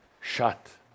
shut